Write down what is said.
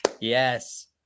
Yes